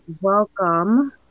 welcome